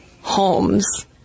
homes